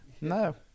No